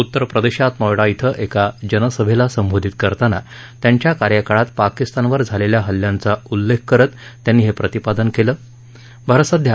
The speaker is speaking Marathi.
उत्तर प्रदेशात नोएडा इथं एका जनसभेला संबोधित करताना त्यांच्या कार्यकाळात पाकिस्तान वर झालेल्या हल्ल्यांचा उल्लेख करत त्यांनी हे प्रतिपादन केलंभारत सध्या